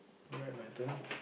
right my turn